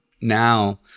now